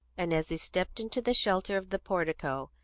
and as he stepped into the shelter of the portico,